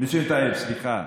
מיסייה טייב, סליחה.